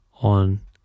on